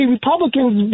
Republicans